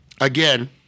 again